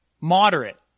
moderate